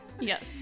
yes